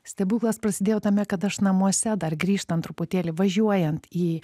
stebuklas prasidėjo tame kad aš namuose dar grįžtant truputėlį važiuojant į